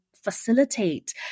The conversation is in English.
facilitate